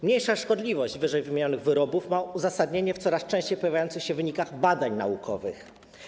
Mniejsza szkodliwość ww. wyrobów ma potwierdzenie w coraz częściej pojawiających się wynikach badań naukowych.